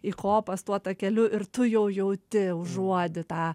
į kopas tuo takeliu ir tu jau jauti užuodi tą